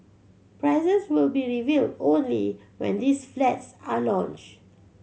prices will be revealed only when these flats are launched